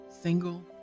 single